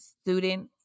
student